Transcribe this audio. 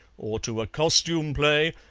or to a costume play,